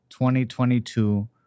2022